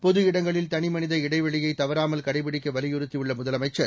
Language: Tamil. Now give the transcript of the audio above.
பொது இடங்களில் தனிமளித இடைவெளியை தவறாமல் கடைபிடிக்க வலியுறுத்தியுள்ள முதலமைச்சர்